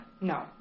No